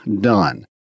done